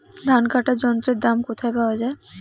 ধান কাটার যন্ত্রের দাম কোথায় পাওয়া যায়?